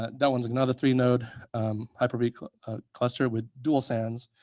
that that one's like another three node hyper-v ah cluster with dual sands,